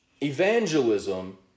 evangelism